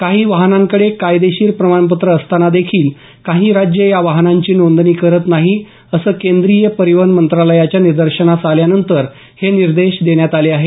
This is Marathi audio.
काही वाहनांकडे कायदेशीर प्रमाणपत्र असताना देखील काही राज्य या वाहनांची नोंदणी करत नाही असं केंद्रीय परिवहन मंत्रालयाच्या निदर्शनास आल्यानंतर हे निर्देश देण्यात आले आहेत